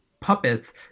puppets